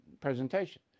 presentation